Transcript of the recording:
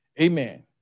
amen